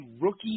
Rookie